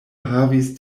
havis